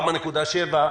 4.7%,